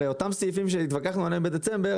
אותם סעיפים שהתווכחנו עליהם בדצמבר,